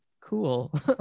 cool